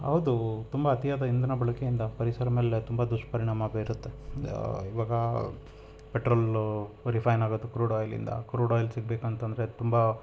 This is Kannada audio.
ಹೌದು ತುಂಬ ಅತಿಯಾದ ಇಂಧನ ಬಳಕೆಯಿಂದ ಪರಿಸರ ಮೇಲೆ ತುಂಬ ದುಷ್ಪರಿಣಾಮ ಬೀರುತ್ತೆ ಇವಾಗ ಪೆಟ್ರೋಲು ರಿಫೈನ್ ಆಗೋದು ಕ್ರೂಡ್ ಆಯಿಲ್ ಇಂದ ಕ್ರೂಡ್ ಆಯಿಲ್ ಸಿಗಬೇಕಂತಂದ್ರೆ ತುಂಬ